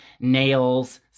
nails